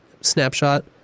snapshot